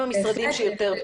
בהחלט.